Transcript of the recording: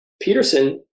Peterson